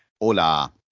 Hola